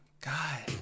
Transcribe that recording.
God